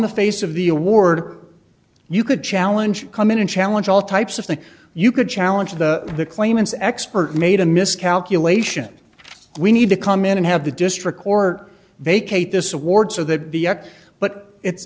the face of the award you could challenge come in and challenge all types of thing you could challenge the claimants expert made a miscalculation we need to come in and have the district court vacate this award so that the act but it's